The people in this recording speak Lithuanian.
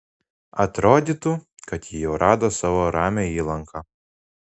atrodytų kad ji jau rado savo ramią įlanką